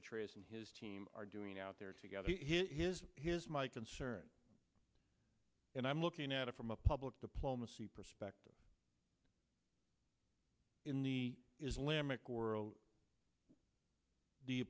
petraeus and his team are doing out there together his here's my concern and i'm looking at it from a public diplomacy perspective in the islamic world the